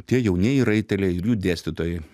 tie jaunieji raiteliai ir jų dėstytojai